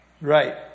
Right